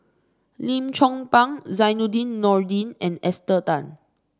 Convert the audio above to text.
Lim Chong Pang Zainudin Nordin and Esther Tan